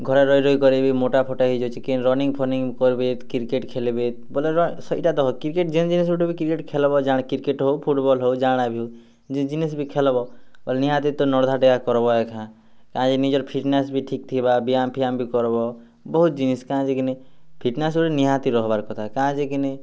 ଘରେ ରହି ରହି କରି ବି ମୁଟାଫୋଟା ହେଇଯାଉଛେ କେନ୍ ରନିଙ୍ଗ୍ ଫନିଙ୍ଗ୍ କର୍ବେ କି କ୍ରିକେଟ୍ ଖେଲ୍ବେ ବେଲେ ର ଇ'ଟା ଦେଖ ଯେନ୍ ଜିନିଷ୍ ଗୁଟେ ବି କ୍ରିକେଟ୍ ଖେଲ୍ବ ଜାଣା ବି କ୍ରିକେଟ୍ ହେଉ ଫୁଟ୍ବଲ୍ ହେଉ ଜା'ଣା ବି ହେଉ ଯେନ୍ ଜିନିଷ୍ ବି ଖେଲ୍ବ ନିହାତି ତ ନର୍ଦା ଡେଗା କର୍ବ ଏକା କାଏଁ ଯେ ନିଜର୍ ଫିଟନେସ୍ ବି ଠିକ୍ ଥିବା ବ୍ୟାୟାମ୍ ଫିୟାମ୍ ବି କର୍ବ ବହୁତ୍ ଜିନିଷ୍ କାଁ'ଯେ କି ନି ଫିଟନେସ୍ ଗୁଟେ ନିହାତି ରହେବାର୍ କଥା କାଁ'ଯେ କି ନି